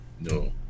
No